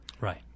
right